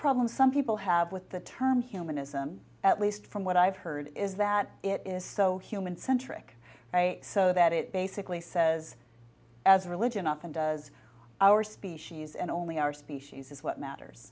problems some people have with the term humanism at least from what i've heard is that it is so human centric so that it basically says as religion often does our species and only our species is what matters